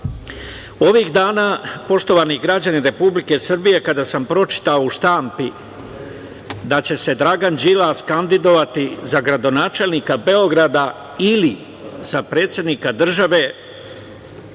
dana, poštovani građani Republike Srbije, kada sam pročitao u štampi da će se Dragan Đilas kandidovati za gradonačelnika Beograda ili za predsednika države,